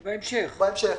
בהמשך.